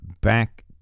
back